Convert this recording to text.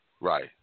Right